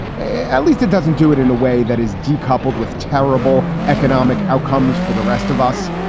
at least it doesn't do it in a way that is decoupled with terrible economic outcomes for the rest of us.